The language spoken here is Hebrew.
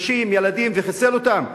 נשים, ילדים, וחיסל אותם.